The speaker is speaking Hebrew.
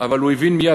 אבל הוא הבין מייד,